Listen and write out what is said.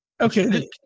Okay